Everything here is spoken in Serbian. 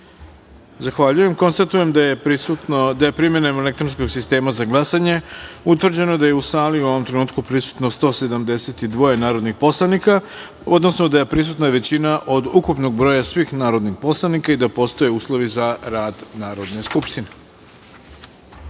Zahvaljujem. Konstatujem da je primenom elektronskog sistema za glasanje utvrđeno da su u sali prisutna u ovom trenutku 172 narodna poslanika, odnosno da je prisutna većina od ukupnog broja svih narodnih poslanika i da postoje uslovi za rad Narodne